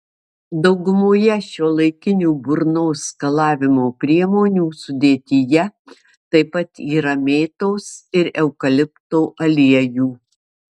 daugumoje šiuolaikinių burnos skalavimo priemonių sudėtyje taip pat yra mėtos ir eukalipto aliejų